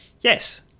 Yes